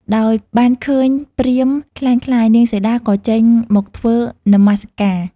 ដោយបានឃើញព្រាហ្មណ៍ក្លែងក្លាយ នាងសីតាក៏ចេញមកធ្វើនមស្ការ។